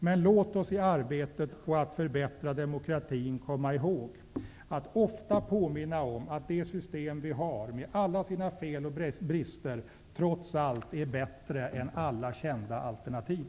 Men låt oss i arbetet på att förbättra demokratin, komma ihåg att ofta påminna om att det system vi har, med alla sina fel och brister, trots allt är bättre än alla kända alternativ.